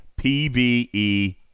PvE